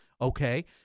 Okay